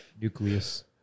nucleus